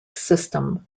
system